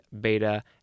beta